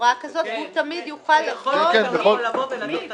הוראה כזאת, שבכל רגע הוא יכול לבוא ולתת הצהרה.